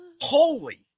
Holy